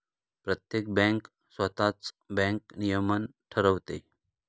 प्रत्येक बँक स्वतःच बँक नियमन ठरवते